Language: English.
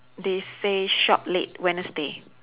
they say shop late wednesday